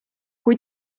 kui